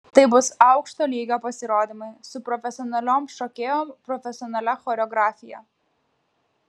tai bus aukšto lygio pasirodymai su profesionaliom šokėjom profesionalia choreografija